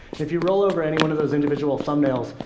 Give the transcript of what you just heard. if you roll over any one of those individual thumbnails,